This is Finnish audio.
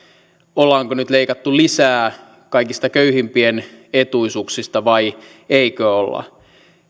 ollaanko nyt leikattu lisää kaikista köyhimpien etuisuuksista vai eikö olla